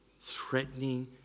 threatening